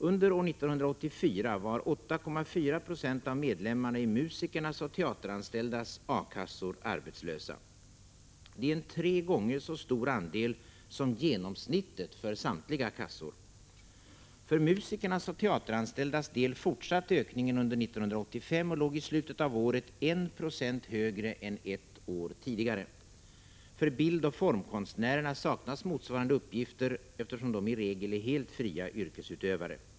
Under år 1984 var 8,4 70 av medlemmarna i musikernas och teateranställdas A-kassor arbetslösa. Det är en tre gånger så stor andel som genomsnittet för samtliga kassor. För musikernas och de teateranställdas del fortsatte ökningen under 1985 och låg i slutet av året en procent högre än ett år tidigare. För bildoch formkonstnärerna saknas motsvarande uppgifter, eftersom de i regel är fria yrkesutövare.